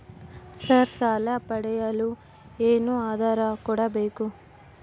Sir ಸಾಲ ಪಡೆಯಲು ಏನು ಆಧಾರ ಕೋಡಬೇಕು?